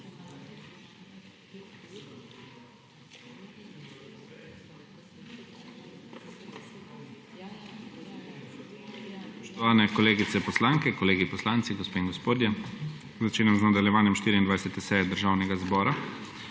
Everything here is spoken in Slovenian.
Spoštovani kolegice poslanke in kolegi poslanci, gospe in gospodje! Začenjam z nadaljevanjem 24. seje Državnega zbora.